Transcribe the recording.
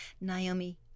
Naomi